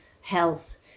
health